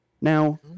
now